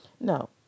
No